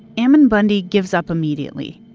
ammon bundy gives up immediately.